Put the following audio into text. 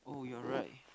oh you are right